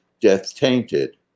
death-tainted